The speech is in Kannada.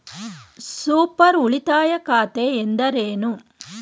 ಸೂಪರ್ ಉಳಿತಾಯ ಖಾತೆ ಎಂದರೇನು?